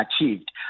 achieved